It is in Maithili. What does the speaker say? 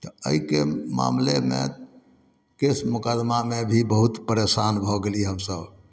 तऽ एहिके मामलेमे केस मोकदमामे भी बहुत परेशान भऽ गेलियै हमसभ